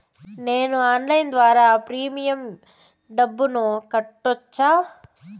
నేను ఆన్లైన్ ద్వారా ప్రీమియం డబ్బును కట్టొచ్చా?